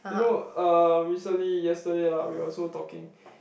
you know uh recently yesterday lah we also talking